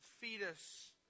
fetus